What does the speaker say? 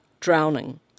drowning